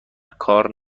کار